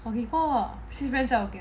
我给过